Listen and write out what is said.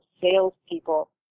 salespeople